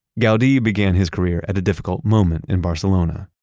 gaudi began his career at a difficult moment in barcelona.